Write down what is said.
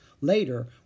Later